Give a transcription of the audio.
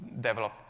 develop